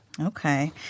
Okay